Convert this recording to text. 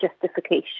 justification